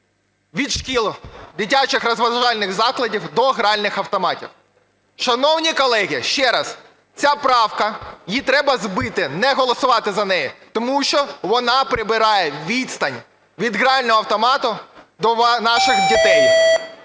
від шкіл, дитячих розважальних закладів до гральних автоматів. Шановні колеги, ще раз, ця правка, її треба збити, не голосувати за неї, тому що вона прибирає відстань від грального автомату до наших дітей.